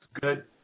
good